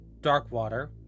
Darkwater